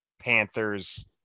Panthers